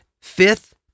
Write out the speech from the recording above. Fifth